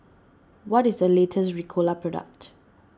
what is the latest Ricola product